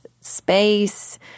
space